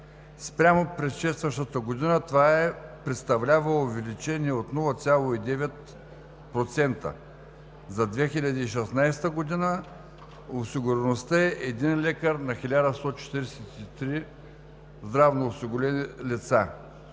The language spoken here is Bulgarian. Спрямо предшестващата година това представлява увеличение от 0,9%. За 2016 г. осигуреността е един лекар на 1143 здравноосигурени лица.